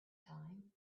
time